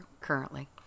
currently